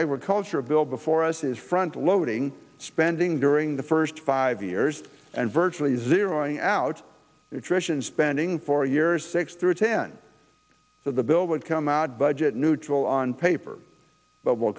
agriculture bill before us is front loading spending during the first five years and virtually zero out spending four years six through ten so the bill would come out budget neutral on paper but will